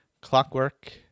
Clockwork